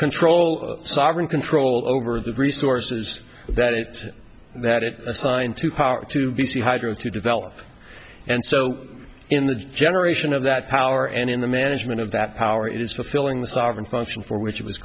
control sovereign control over the resources that it that it assigned to power to b c hydro to develop and so in the generation of that power and in the management of that power it is fulfilling the sovereign function for which it was